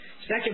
Second